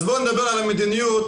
וממשרד למשרד?